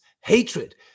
hatred